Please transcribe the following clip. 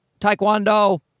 Taekwondo